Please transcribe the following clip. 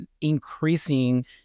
increasing